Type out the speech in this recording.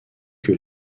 que